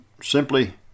simply